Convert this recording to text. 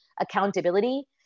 accountability